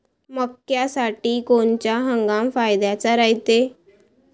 मक्क्यासाठी कोनचा हंगाम फायद्याचा रायते?